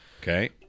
Okay